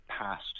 past